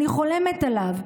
אני חולמת עליו.